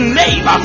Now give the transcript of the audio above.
name